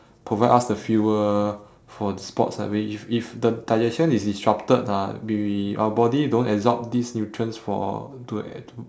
provide us the fuel for the sports like very if if the digestion is disrupted ah we our body don't absorb these nutrients for to add to